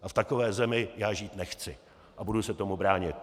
A v takové zemi já žít nechci a budu se tomu bránit.